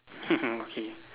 okay